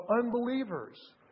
unbelievers